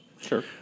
Sure